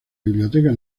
biblioteca